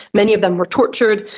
many of them were tortured,